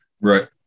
Right